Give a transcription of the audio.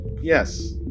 yes